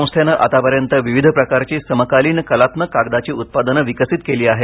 संस्थेने आतापर्यंत विविध प्रकारची समकालीन कलात्मक कागदाची उत्पादने विकसित केली आहेत